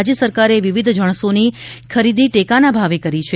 રાજ્ય સરકારે વિવિધ જણસોની ખરીદી ટેકાના ભાવે કરી છે